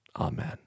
Amen